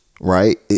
right